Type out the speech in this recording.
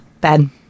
Ben